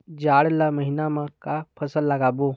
जाड़ ला महीना म का फसल लगाबो?